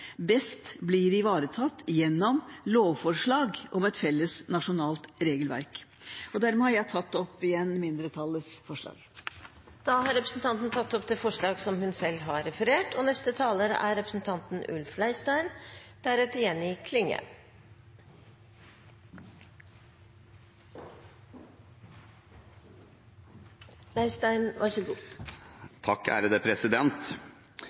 best blir ivaretatt gjennom lovforslag om et felles nasjonalt regelverk. Jeg tar dermed opp mindretallets forslag. Da har representanten Lise Wiik tatt opp det forslaget hun refererte til. Et bedre og